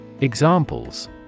Examples